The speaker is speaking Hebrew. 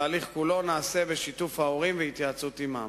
התהליך כולו נעשה בשיתוף ההורים ובהתייעצות עמם.